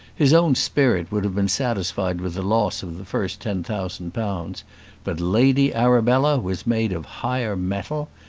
his own spirit would have been satisfied with the loss of the first ten thousand pounds but lady arabella was made of higher mettle.